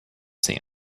seen